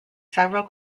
several